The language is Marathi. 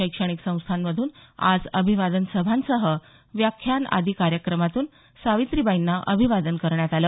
शैक्षणिक संस्थांमधून आज अभिवादन सभांसह व्याख्यान आदी कार्यक्रमातून सावित्रीबाईंना अभिवादन करण्यात आलं